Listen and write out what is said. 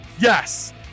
yes